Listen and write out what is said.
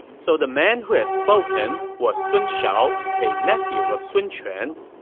so the man who had spoken was sun shao, a nephew of sun quan's.